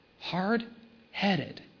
Hard-headed